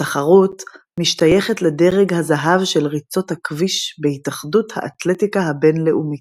התחרות משתייכת לדרג הזהב של ריצות הכביש בהתאחדות האתלטיקה הבינלאומית.